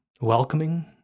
welcoming